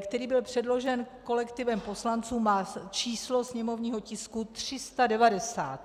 který byl předložen kolektivem poslanců, má číslo sněmovního tisku 390.